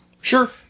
Sure